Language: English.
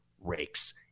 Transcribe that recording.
rakes